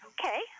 Okay